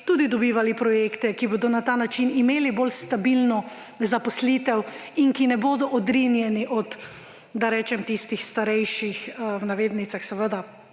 tudi dobivali projekte, ki bodo na ta način imeli bolj stabilno zaposlitev in ki ne bodo odrinjeni od, da rečem, tistih »starejših«, seveda